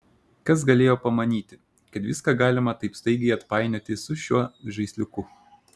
kas galėjo pamanyti kad viską galima taip staigiai atpainioti su šiuo žaisliuku